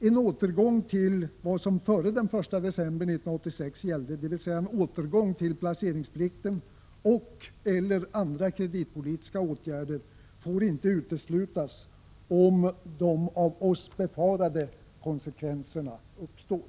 En återgång till vad som gällde före den 1 december 1986, dvs. en återgång till placeringsplikten och 87:50 tas, om de av oss befarade konsekvenserna uppstår.